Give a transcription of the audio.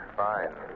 fine